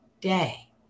day